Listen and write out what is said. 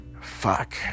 fuck